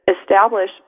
establish